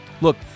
Look